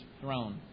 throne